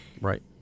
Right